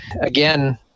again